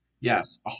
Yes